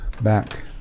back